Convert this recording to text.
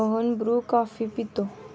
Rohan Bru coffee पितो